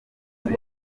inzu